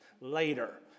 later